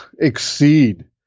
exceed